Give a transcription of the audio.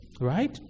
right